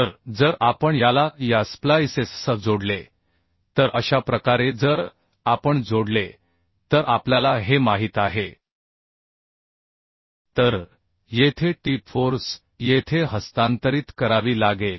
तर जर आपण याला या स्प्लाइसेससह जोडले तर अशा प्रकारे जर आपण जोडले तर आपल्याला हे माहित आहे तर येथे t फोर्स येथे हस्तांतरित करावी लागेल